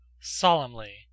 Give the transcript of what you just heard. Solemnly